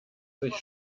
sich